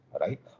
right